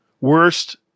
worst